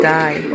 die